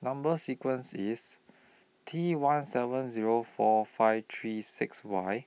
Number sequence IS T one seven Zero four five three six Y